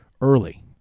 early